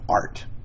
art